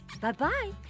Bye-bye